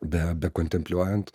be bekontempliuojant